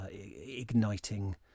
igniting